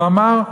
הוא אמר: